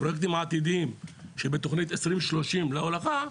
והפרוייקטים העתידיים שבתוכנית 2023 להולכה,